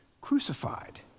crucified